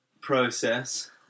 process